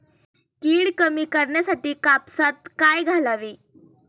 कीड कमी करण्यासाठी कापसात काय घालावे?